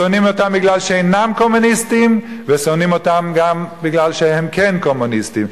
שונאים אותם כי הם אינם קומוניסטים ושונאים גם כי הם כן קומוניסטים.